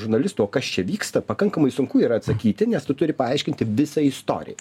žurnalistų o kas čia vyksta pakankamai sunku ir atsakyti nes tu turi paaiškinti visą istoriją